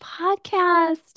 Podcast